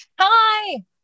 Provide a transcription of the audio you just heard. Hi